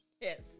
yes